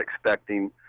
expecting